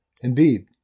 Indeed